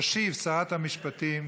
תשיב שרת המשפטים